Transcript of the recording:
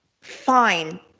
Fine